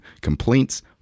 complaints